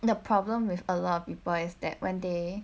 the problem with a lot of people is that when they